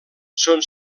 són